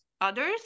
others